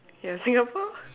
you are Singapore